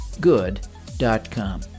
good.com